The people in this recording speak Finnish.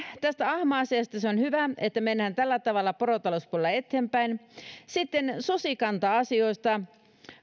tästä ahma asiasta se on hyvä että mennään tällä tavalla porotalouspuolella eteenpäin sitten susikanta asioista